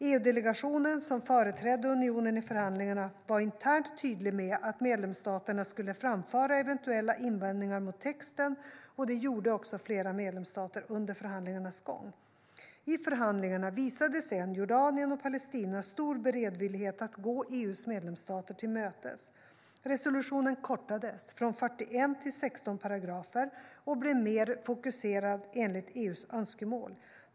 EU-delegationen, som företrädde unionen i förhandlingarna, var internt tydlig med att medlemsstaterna skulle framföra eventuella invändningar mot texten, och det gjorde också flera medlemsstater under förhandlingarnas gång. I förhandlingarna visade sedan Jordanien och Palestina stor beredvillighet att gå EU:s medlemsstater till mötes. Resolutionen kortades från 41 till 16 paragrafer och blev mer fokuserad enligt EU:s önskemål.